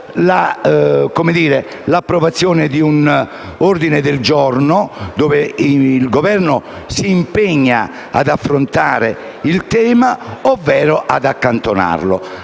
l'approvazione di un ordine del giorno con cui il Governo si impegna ad affrontare il tema ovvero l'accantonamento.